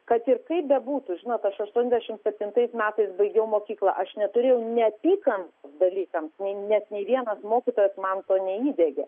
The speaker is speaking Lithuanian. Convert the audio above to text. kad ir kaip bebūtų žinot aš aštuoniasdešimt septintais metais baigiau mokyklą aš neturėjau neapykantos dalykams nei nes nei vienas mokytojas man to neįdiegė